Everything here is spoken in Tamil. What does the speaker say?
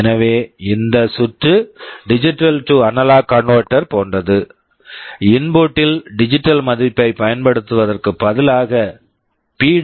எனவே இந்த சுற்று digital to analog converter digital to analog converter போன்றது இன்புட் input ல் டிஜிட்டல் digital மதிப்பைப் பயன்படுத்துவதற்குப் பதிலாக பி